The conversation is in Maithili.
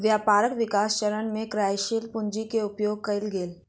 व्यापारक विकास चरण में कार्यशील पूंजी के उपयोग कएल गेल